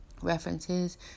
References